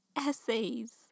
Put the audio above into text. essays